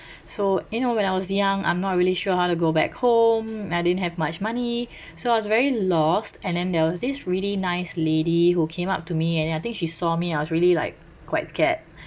so you know when I was young I'm not really sure how to go back home I didn't have much money so I was very lost and then there was this really nice lady who came up to me and then I think she saw me I was really like quite scared